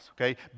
okay